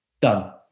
Done